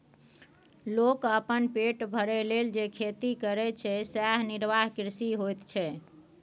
लोक अपन पेट भरय लेल जे खेती करय छै सेएह निर्वाह कृषि होइत छै